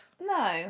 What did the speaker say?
No